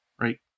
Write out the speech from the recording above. right